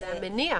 זה המניע.